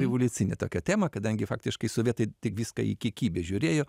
revoliucinė tokia tema kadangi faktiškai sovietai tik viską į kiekybę žiūrėjo